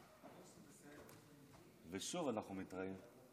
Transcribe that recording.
ושוב אנחנו מתראים.